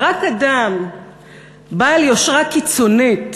אבל רק אדם בעל יושרה קיצונית